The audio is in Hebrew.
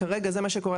כרגע זה מה שקורה.